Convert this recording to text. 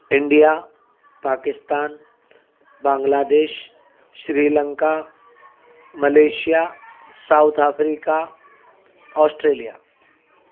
India Pakistan Bangladesh Sri Lanka Malaysia South Africa Australia